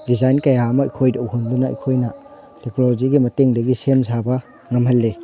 design ꯀꯌꯥ ꯑꯃ ꯑꯩꯈꯣꯏꯗ ꯎꯍꯟꯗꯨꯅ ꯑꯩꯈꯣꯏꯅ ꯇꯦꯛꯅꯣꯂꯣꯖꯤꯒꯤ ꯃꯇꯦꯡꯗꯒꯤ ꯁꯦꯝ ꯁꯥꯕ ꯉꯝꯍꯜꯂꯤ